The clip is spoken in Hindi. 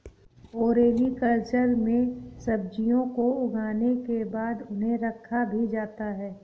ओलेरीकल्चर में सब्जियों को उगाने के बाद उन्हें रखा भी जाता है